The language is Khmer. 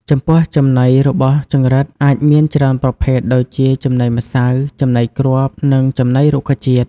ចំពោះចំណីរបស់ចង្រិតអាចមានច្រើនប្រភេទដូចជា ចំណីម្សៅ ចំណីគ្រាប់ និងចំណីរុក្ខជាតិ។